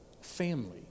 family